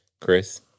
Chris